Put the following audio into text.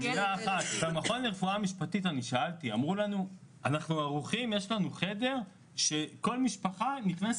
במכון לרפואה משפטית אמרו לנו שיש חדר אחד.